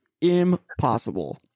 Impossible